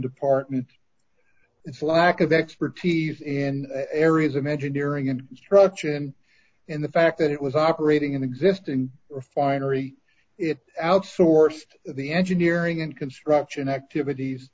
department its lack of expertise in areas of engineering and construction and the fact that it was operating in exist and refinery it outsourced the engineering and construction activities